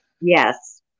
Yes